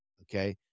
okay